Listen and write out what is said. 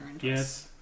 Yes